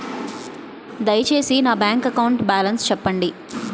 దయచేసి నా bank account balance చెప్పండి